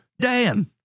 Dan